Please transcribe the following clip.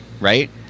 Right